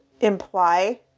imply